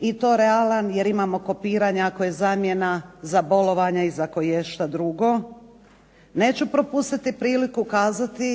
i to realan jer imamo kopiranja ako je zamjena za bolovanja i za koješta drugo. Neću propustiti priliku kazati